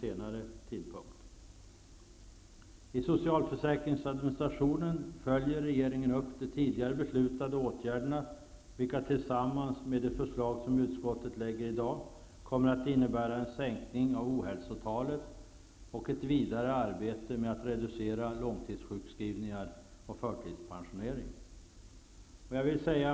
I fråga om socialförsäkringsadministrationen följer regeringen upp de tidigare beslutade åtgärderna, vilka tillsammans med de förslag som utskottet lägger i dag kommer att innebära en sänkning av ohälsotalet och ett vidare arbete med att reducera långtidssjukskrivningar och förtidspensionering.